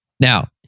Now